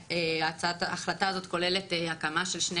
הצעת ההחלטה הזאת כוללת גם הקמה של שני